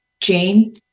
Jane